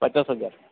પચાસ હજાર